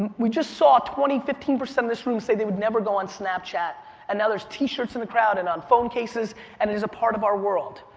um we just saw twenty, fifteen percent of this room say they would never go on snapchat and now there's t-shirts in the crowd and on phone cases and it is a part of our world.